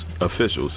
officials